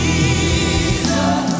Jesus